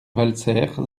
valserres